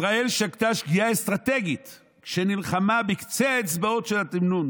"ישראל שגתה שגיאה אסטרטגית כשנלחמה בקצה האצבעות של התמנון,